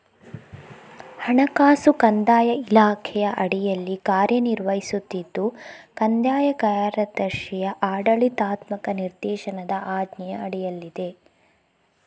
ಹಣಕಾಸು ಕಂದಾಯ ಇಲಾಖೆಯ ಅಡಿಯಲ್ಲಿ ಕಾರ್ಯ ನಿರ್ವಹಿಸುತ್ತಿದ್ದು ಕಂದಾಯ ಕಾರ್ಯದರ್ಶಿಯ ಆಡಳಿತಾತ್ಮಕ ನಿರ್ದೇಶನದ ಆಜ್ಞೆಯ ಅಡಿಯಲ್ಲಿದೆ